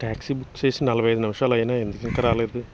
taxi book చేసి నలభై ఐదు నిమిషాలు అయినా ఎందుకు ఇంక రాలేదు